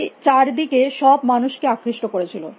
এটি চারিদিকে সব মানুষকে আকৃষ্ট করেছিল